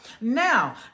now